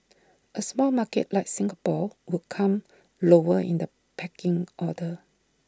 A small market like Singapore would come lower in the pecking order